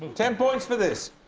ten points for this.